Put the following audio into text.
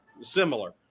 Similar